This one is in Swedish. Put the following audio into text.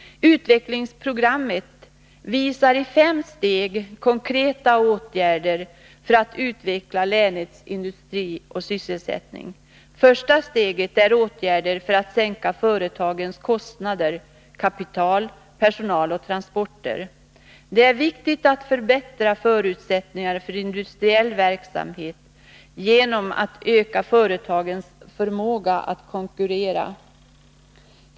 Utvecklingsprogrammet visar i fem steg konkreta åtgärder för att utveckla länets industri och sysselsättning. Det första steget är åtgärder för att sänka företagens kostnader för kapital, personal och transporter. Det är viktigt att förbättra förutsättningarna för industriell verksamhet genom att öka företagens förmåga att konkurrera.